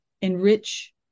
enrich